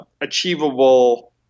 achievable –